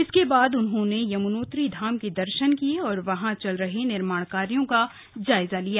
इसके बाद उन्होंने यमुनोत्री धाम के दर्शन किये और वहां चल रहे निमार्ण कार्यों का जायजा लिया